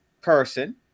person